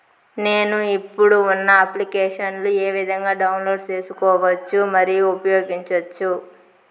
నేను, ఇప్పుడు ఉన్న అప్లికేషన్లు ఏ విధంగా డౌన్లోడ్ సేసుకోవచ్చు మరియు ఉపయోగించొచ్చు?